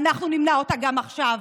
ואנחנו נמנע אותה גם עכשיו.